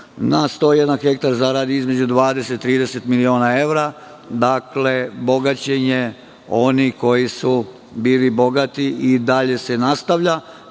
sada ima 3%, zaradi između 20-30 miliona evra. Dakle, bogaćenje onih koji su bili bogati i dalje se nastavlja